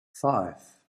five